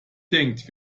denkt